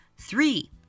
Three